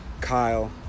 Kyle